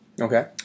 Okay